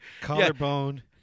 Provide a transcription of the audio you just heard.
Collarbone